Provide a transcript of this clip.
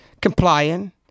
complying